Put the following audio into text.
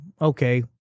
okay